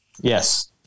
Yes